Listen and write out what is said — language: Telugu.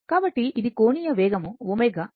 కాబట్టి ఇది కోణీయ వేగం ω చెప్పండి అప్పుడు θ